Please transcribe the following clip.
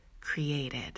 created